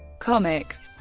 comics